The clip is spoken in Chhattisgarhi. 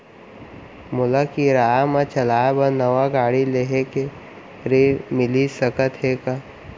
मोला किराया मा चलाए बर नवा गाड़ी लेहे के ऋण मिलिस सकत हे का?